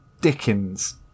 Dickens